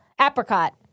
Apricot